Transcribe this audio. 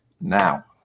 now